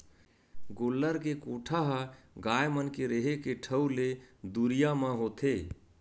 गोल्लर के कोठा ह गाय मन के रेहे के ठउर ले दुरिया म होथे